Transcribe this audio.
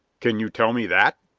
can you tell me that?